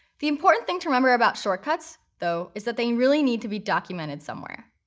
the important thing to remember about shortcuts, though, is that they really need to be documented somewhere.